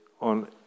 on